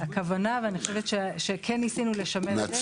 נקווה שלא נידרש לפער הזה.